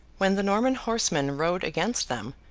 when the norman horsemen rode against them,